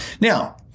Now